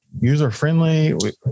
user-friendly